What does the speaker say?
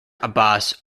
abbas